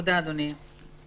תודה, אדוני.